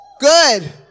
Good